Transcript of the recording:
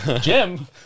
Jim